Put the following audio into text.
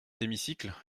hémicycle